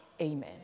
amen